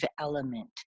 element